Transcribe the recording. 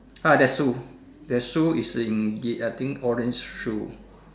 ah that shoe that shoe is in uh I think orange shoe